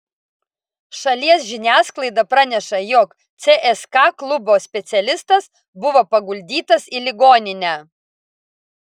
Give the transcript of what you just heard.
šalies žiniasklaida praneša jog cska klubo specialistas buvo paguldytas į ligoninę